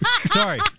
sorry